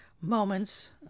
moments